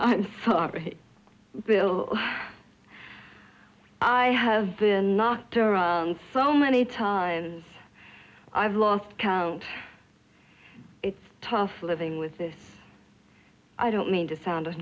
i'm sorry bill i have been knocked around so many times i've lost count it's tough living with this i don't mean to sound